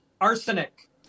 Arsenic